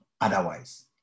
otherwise